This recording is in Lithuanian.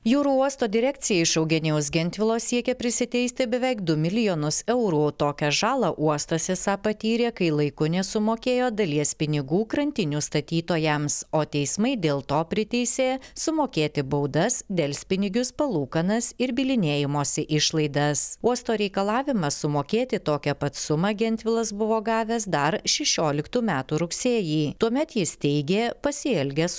jūrų uosto direkcija iš eugenijaus gentvilo siekia prisiteisti beveik du milijonus eurų tokią žalą uostas esą patyrė kai laiku nesumokėjo dalies pinigų krantinių statytojams o teismai dėl to priteisė sumokėti baudas delspinigius palūkanas ir bylinėjimosi išlaidas uosto reikalavimą sumokėti tokią pat sumą gentvilas buvo gavęs dar šešioliktų metų rugsėjį tuomet jis teigė pasielgęs